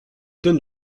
donne